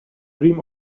dream